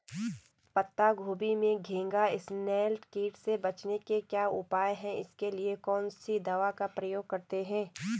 पत्ता गोभी में घैंघा इसनैल कीट से बचने के क्या उपाय हैं इसके लिए कौन सी दवा का प्रयोग करते हैं?